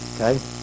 Okay